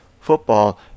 football